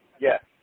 yes